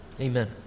Amen